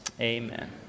amen